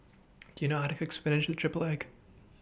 Do YOU know How to Cook Spinach with Triple Egg